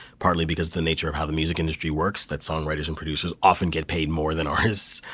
partly because the nature of how the music industry works that songwriters and producers often get paid more than artists,